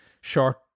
short